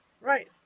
right